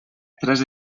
tres